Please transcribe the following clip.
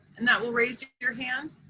and that will raise your hand.